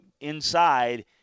inside